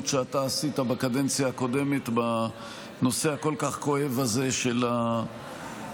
שאתה עשית בקדנציה הקודמת בנושא הכל-כך כואב הזה של הפשיעה,